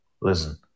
Listen